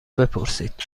بپرسید